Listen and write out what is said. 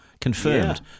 confirmed